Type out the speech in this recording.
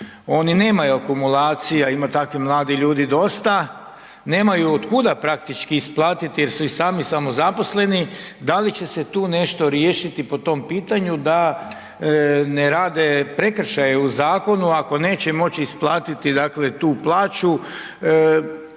oni nemaju akumulacija. Ima takvih mladih ljudi dosta. Nemaju od kuda praktički isplatiti jer su i sami samozaposleni. Da li će se tu nešto riješiti po tom pitanju da ne rade prekršaje u zakonu ako neće moći isplatiti tu plaću